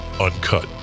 uncut